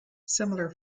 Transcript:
similar